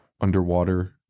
underwater